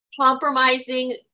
compromising